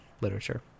literature